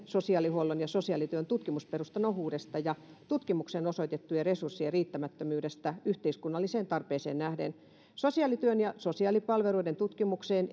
sosiaalihuollon ja sosiaalityön tutkimusperustan ohuudesta ja tutkimukseen osoitettujen resurssien riittämättömyydestä yhteiskunnalliseen tarpeeseen nähden sosiaalityön ja sosiaalipalveluiden tutkimukseen